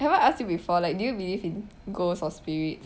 haven't ask you before like do you believe in ghosts or spirits